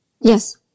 Yes